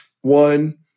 one